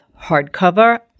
hardcover